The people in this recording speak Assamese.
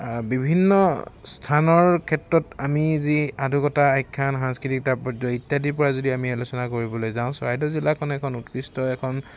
বিভিন্ন স্থানৰ ক্ষেত্ৰত আমি যি সাধুকথা আখ্যান সাংস্কৃতিক তাৎপৰ্য ইত্যাদিৰ পৰা যদি আমি আলোচনা কৰিবলৈ যাওঁ চৰাইদেউ জিলাখন এখন উৎকৃষ্ট এখন